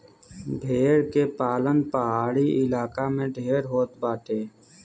भेड़ के पालन पहाड़ी इलाका में ढेर होत बाटे